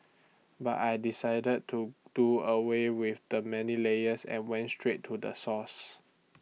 but I decided to do away with the many layers and went straight to the source